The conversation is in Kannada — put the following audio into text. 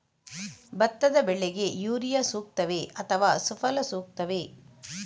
ಭತ್ತದ ಬೆಳೆಗೆ ಯೂರಿಯಾ ಸೂಕ್ತವೇ ಅಥವಾ ಸುಫಲ ಸೂಕ್ತವೇ?